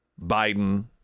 Biden